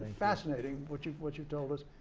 fascinating, what you've what you've told us,